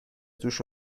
جوش